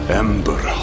ember